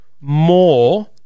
more